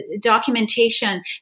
documentation